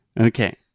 Okay